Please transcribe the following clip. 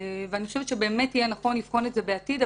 אני חושבת שבאמת יהיה נכון לבחון את זה בעתיד,